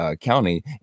County